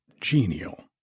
genial